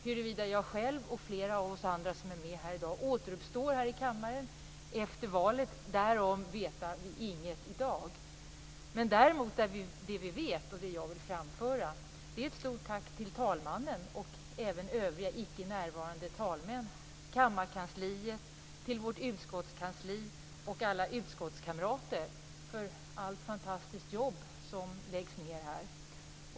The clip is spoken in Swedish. Huruvida jag själv och flera av oss andra som är med här i dag återuppstår här i kammaren efter valet vet vi inget i dag. Men jag vill framföra ett stort tack till talmannen och även övriga icke närvarande talmän, kammarkansliet, vårt utskottskansli och alla utskottskamrater för allt fantastiskt jobb som läggs ned här.